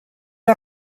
que